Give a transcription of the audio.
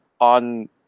on